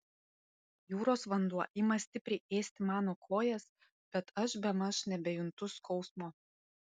jūros vanduo ima stipriai ėsti mano kojas bet aš bemaž nebejuntu skausmo